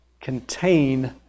contain